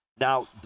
Now